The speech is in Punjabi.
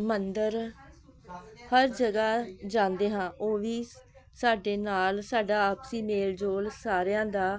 ਮੰਦਰ ਹਰ ਜਗ੍ਹਾ ਜਾਂਦੇ ਹਾਂ ਉਹ ਵੀ ਸ ਸਾਡੇ ਨਾਲ ਸਾਡਾ ਆਪਸੀ ਮੇਲ ਜੋਲ ਸਾਰਿਆਂ ਦਾ